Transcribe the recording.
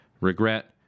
regret